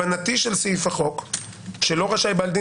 הבנתי של סעיף החוק היא שלא רשאי בעל דין